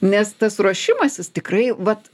nes tas ruošimasis tikrai vat